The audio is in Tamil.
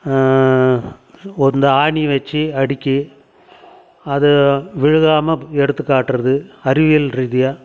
இந்த ஆணி வச்சு அடிக்கு அதை விழுகாமல் எடுத்து காட்டுறது அறிவியல் ரீதியாக